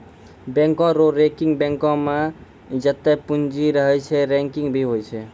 बैंको रो रैंकिंग बैंको मे जत्तै पूंजी रहै छै रैंकिंग भी होय छै